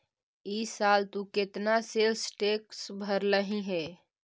ई साल तु केतना सेल्स टैक्स भरलहिं हे